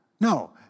No